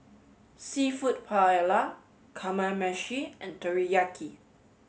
seafood Paella Kamameshi and Teriyaki